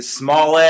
small